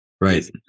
right